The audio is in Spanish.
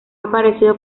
aparecido